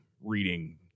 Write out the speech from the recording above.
reading